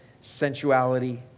sensuality